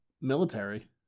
military